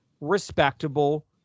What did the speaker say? respectable